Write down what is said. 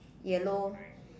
yellow